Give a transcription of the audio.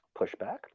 pushback